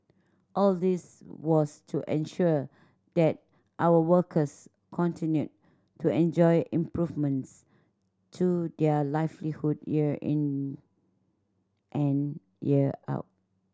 all this was to ensure that our workers continued to enjoy improvements to their livelihood year in and year out